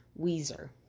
Weezer